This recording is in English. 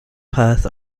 path